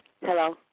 Hello